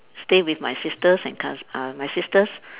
stay with my sisters and cous~ uh my sisters